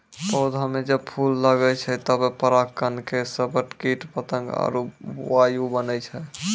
पौधा म जब फूल लगै छै तबे पराग कण के सभक कीट पतंग आरु वायु बनै छै